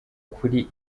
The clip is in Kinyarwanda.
kuri